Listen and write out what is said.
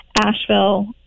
Asheville